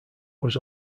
was